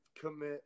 commit